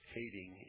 hating